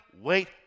wait